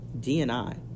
DNI